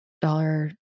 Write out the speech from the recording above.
dollar